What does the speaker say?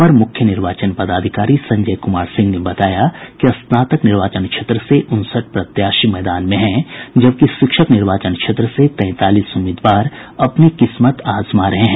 अपर मुख्य निर्वाचन पदाधिकारी संजय कुमार सिंह ने बताया कि स्नातक निर्वाचन क्षेत्र से उनसठ प्रत्याशी मैदान में हैं जबकि शिक्षक निर्वाचन क्षेत्र से तैंतालीस उम्मीदवार अपनी किस्मत आजमा रहे हैं